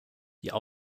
diese